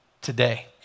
today